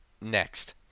Next